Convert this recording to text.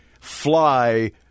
fly